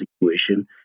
situation